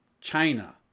China